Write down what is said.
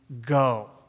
go